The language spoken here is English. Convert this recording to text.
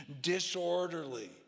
disorderly